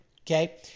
okay